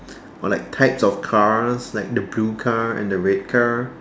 or like types of cars like the blue car and the red car